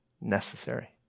necessary